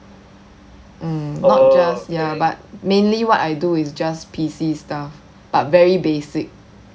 mm not just ya but mainly what I do is just P_C stuff but very basic